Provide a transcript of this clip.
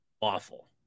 awful